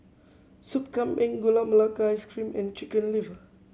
Soup Kambing Gula Melaka Ice Cream and Chicken Liver